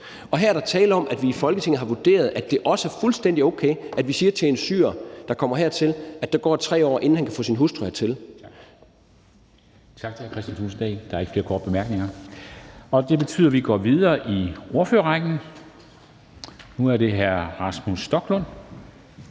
Og her er der tale om, at vi i Folketinget har vurderet, at det også er fuldstændig okay, at vi siger til en syrer, der kommer hertil, at der går 3 år, inden han kan få sin hustru hertil.